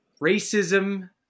racism